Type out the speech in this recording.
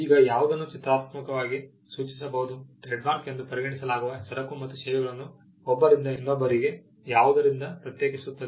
ಈಗ ಯಾವುದನ್ನು ಚಿತ್ರಾತ್ಮಕವಾಗಿ ಸೂಚಿಸಬಹುದು ಟ್ರೇಡ್ಮಾರ್ಕ್ ಎಂದು ಪರಿಗಣಿಸಲಾಗುವ ಸರಕು ಮತ್ತು ಸೇವೆಗಳನ್ನು ಒಬ್ಬರಿಂದ ಇನ್ನೊಬ್ಬರಿಗೆ ಯಾವುದರಿಂದ ಪ್ರತ್ಯೇಕಿಸುತ್ತದೆ